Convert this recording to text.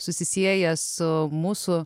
susisieja su mūsų